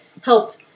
helped